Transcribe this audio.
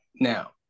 now